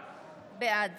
בעד